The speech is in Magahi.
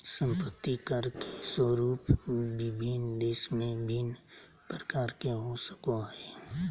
संपत्ति कर के स्वरूप विभिन्न देश में भिन्न प्रकार के हो सको हइ